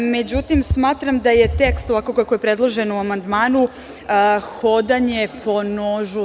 Međutim, smatram da je tekst ovako kako je predložen u amandmanu hodanje po nožu.